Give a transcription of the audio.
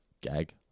gag